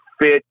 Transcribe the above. fit